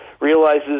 realizes